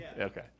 Okay